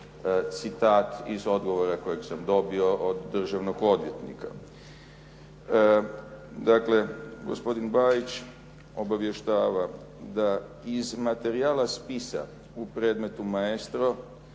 citat iz odgovora kojeg sam dobio od državnog odvjetnika. Dakle, gospodin Bajić obavještava da iz materijala spisa u predmetu Maestro